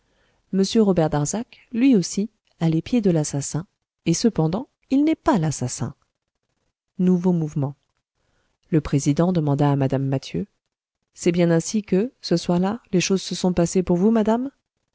robert darzac lui aussi a les pieds de l'assassin et cependant il n'est pas l'assassin nouveaux mouvements le président demanda à mme mathieu c'est bien ainsi que ce soir-là les choses se sont passées pour vous madame